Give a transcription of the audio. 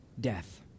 death